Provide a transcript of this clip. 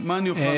אני אוכל לומר.